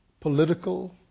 political